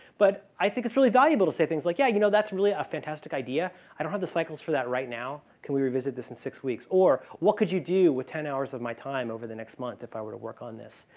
but i think, it's really valuable to say things like, yeah, you know that's really a fantastic idea. i don't have the cycles for that right now. can we revisit this in six weeks? or what could you do with ten hours of my time over the next month if i were to work on this?